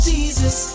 Jesus